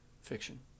fiction